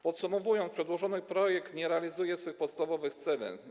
Podsumowując, przedłożony projekt nie realizuje swych podstawowych celów.